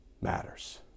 matters